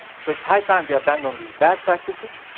so it's high time to abandon these bad practices,